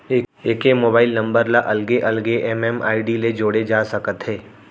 एके mobile number ल अलगे अलगे एम.एम.आई.डी ले जोड़े जा सकत हे